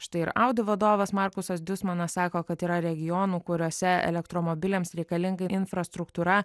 štai ir audi vadovas markusas diuzmanas sako kad yra regionų kuriuose elektromobiliams reikalinga infrastruktūra